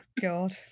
God